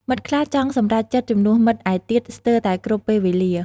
មិត្តខ្លះចង់សម្រេចចិត្តជំនួសមិត្តឯទៀតស្ទើរតែគ្រប់ពេលវេលា។